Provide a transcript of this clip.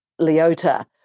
Leota